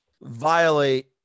violate